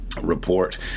report